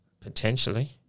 potentially